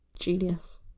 genius